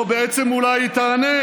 לא, בעצם אולי היא תענה.